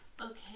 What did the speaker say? Okay